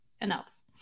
enough